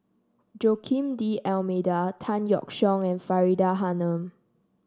Joaquim D'Almeida Tan Yeok Seong and Faridah Hanum